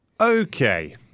Okay